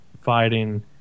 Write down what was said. fighting